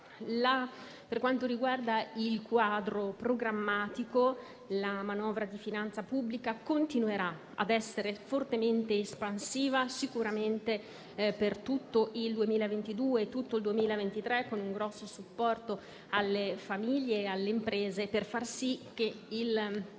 Per quanto riguarda il quadro programmatico, la manovra di finanza pubblica continuerà ad essere fortemente espansiva, sicuramente per tutto il 2022 e per il 2023, con un grosso supporto alle famiglie e alle imprese per far sì che la